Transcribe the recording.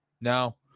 No